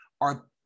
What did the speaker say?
are-